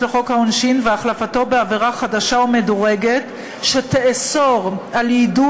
לחוק העונשין והחלפתו בעבירה חדשה ומדורגת שתאסור יידוי